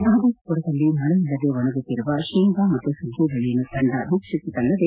ಮಹದೇವಪುರದಲ್ಲಿ ಮಳೆಯಲ್ಲದೆ ಒಣಗುತ್ತಿರುವ ಶೇಂಗಾ ಮತ್ತು ಸಜ್ಜೆ ಬೆಳೆಯನ್ನು ತಂಡ ವೀಕ್ಷಿಸಿತಲ್ಲದೆ